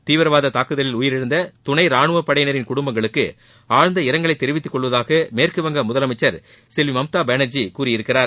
தீவிரவாத தாக்குதலில் உயிரிழந்த துணை ரானுவப் படையினரின் குடும்பங்களுக்கு ஆழ்ந்த இரங்கலைத் தெரிவித்துக் கொள்வதாக மேற்கு வங்க முதலமைச்சர் செல்வி மம்தா பானர்ஜி கூறியிருக்கிறார்